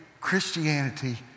Christianity